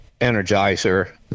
energizer